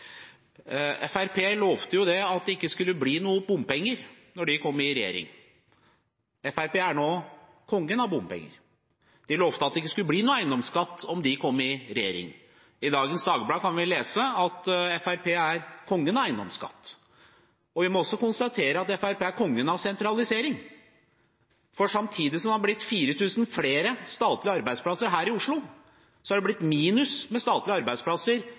De lovte at det ikke skulle bli noen eiendomsskatt om de kom i regjering. I dagens Dagbladet kan vi lese at Fremskrittspartiet er kongen av eiendomsskatt. Vi må også konstatere at Fremskrittspartiet er kongen av sentralisering. For samtidig som det er blitt 4 000 flere statlige arbeidsplasser her i Oslo, er det blitt færre statlige arbeidsplasser